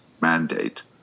mandate